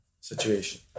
situation